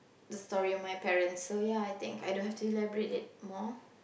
the story of my parents so ya I think I don't have to elaborate it more